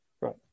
right